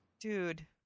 Dude